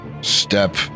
step